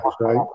right